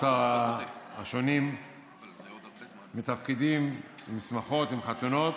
השונים מתפקדים עם שמחות וחתונות.